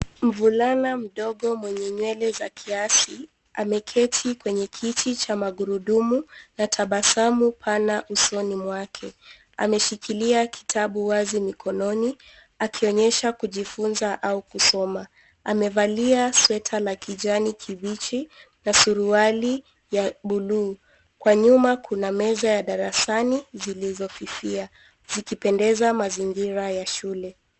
Mvulana mdogo mwenye nywele za kiasi ameketi kwenye kiti cha magurudumu na tabasamu pana usoni mwake. Ameshikilia kitabu wazi mkononi, akionyesha kujifunza au kusoma. Amevalia sweta la kijani kibichi na suruali ya buluu. Kwa nyuma, kuna meza ya darasani zilizofifia, zikipendeza mazingira haya ya shule.